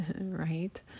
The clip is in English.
right